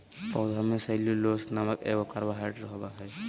पौधा में सेल्यूलोस नामक एगो कार्बोहाइड्रेट होबो हइ